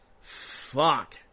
Fuck